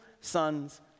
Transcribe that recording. sons